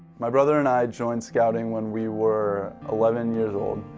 my brother and i joined scouting when we were eleven years old.